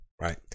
right